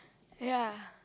ya